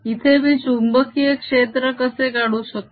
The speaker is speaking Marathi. इथे मी चुंबकीय क्षेत्र कसे काढू शकतो